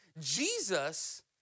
Jesus